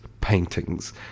paintings